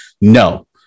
no